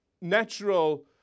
natural